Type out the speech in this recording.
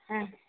ஆ